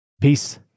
Peace